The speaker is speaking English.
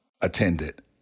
attended